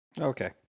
Okay